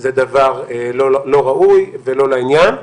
זה דבר לא ראוי ולא לעניין,